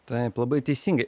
taip labai teisingai